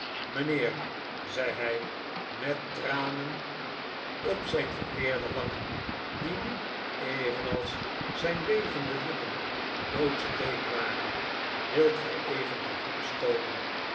mijnheer zei hij met tranen op zijn verweerde wangen die nu evenals zijn bevende lippen doodsbleek waren wilt gij even daarginds komen